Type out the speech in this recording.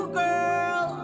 girl